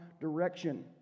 direction